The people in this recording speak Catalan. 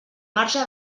marge